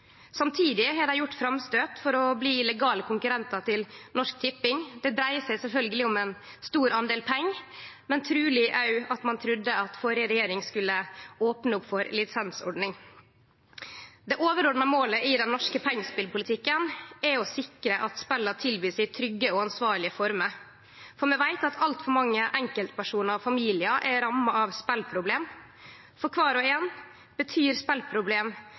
Samtidig har dei gjort framstøyt for å bli legale konkurrentar til Norsk Tipping. Det dreier seg sjølvsagt om ein stor andel pengar, men truleg òg at ein trudde at førre regjering skulle opne opp for lisensordning. Det overordna målet i den norske pengespelpolitikken er å sikre at spela blir tilbydde i trygge og ansvarlege former, for vi veit at altfor mange enkeltpersonar og familiar er ramma av speleproblem. For kvar og ein betyr